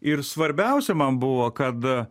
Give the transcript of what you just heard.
ir svarbiausia man buvo kad